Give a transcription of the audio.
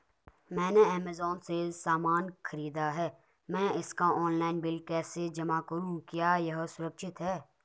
मैंने ऐमज़ान से सामान खरीदा है मैं इसका ऑनलाइन बिल कैसे जमा करूँ क्या यह सुरक्षित है?